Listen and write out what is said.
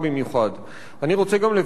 אני רוצה גם לברך את "יוזמות קרן אברהם"